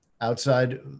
outside